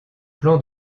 plan